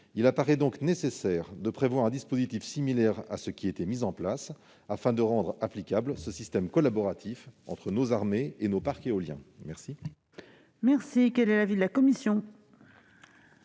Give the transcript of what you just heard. il apparaît donc nécessaire de prévoir un dispositif similaire à celui qui était en place, afin de rendre applicable ce système collaboratif entre nos armées et nos parcs éoliens. Quel